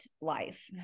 life